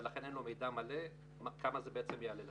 ולכן אין מידע מלא כמה זה בעצם יעלה לנו.